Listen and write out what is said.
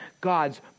God's